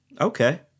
Okay